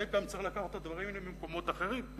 וגם צריך לקחת את הדברים למקומות אחרים.